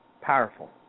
Powerful